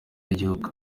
y’igihugu